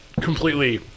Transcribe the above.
completely